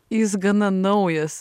jis gana naujas